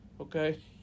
okay